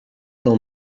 dans